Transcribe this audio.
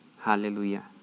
Hallelujah